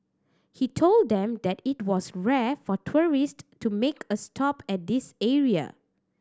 he told them that it was rare for tourist to make a stop at this area